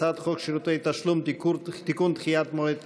את הצעת חוק שירותי תשלום (תיקון) (דחיית מועד התחילה),